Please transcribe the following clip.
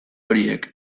horiek